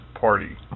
party